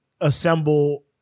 assemble